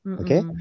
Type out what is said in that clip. okay